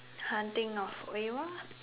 Haunting of Oiwa